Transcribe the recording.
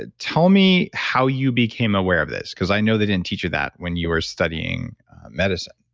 ah tell me how you became aware of this because i know they didn't teach you that when you were studying medicine.